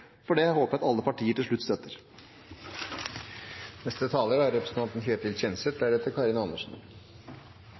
for det håper jeg at alle partier til slutt støtter. Nå er